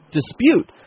dispute